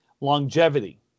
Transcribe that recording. longevity